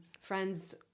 friends